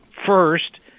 First